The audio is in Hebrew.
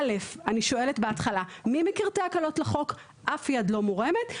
(א) אני שואלת בהתחלה "מי מכיר את ההקלות בחוק?" ואף יד לא מורמת,